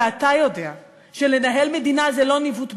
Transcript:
ואתה יודע שלנהל מדינה זה לא ניווט בדד,